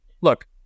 look